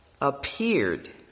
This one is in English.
appeared